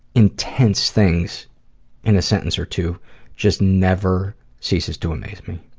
intense things in a sentence or two just never ceases to amaze me.